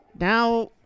Now